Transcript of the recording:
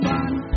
one